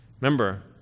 remember